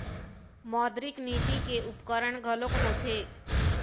मौद्रिक नीति के उपकरन घलोक होथे